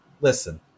Listen